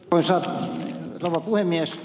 arvoisa rouva puhemies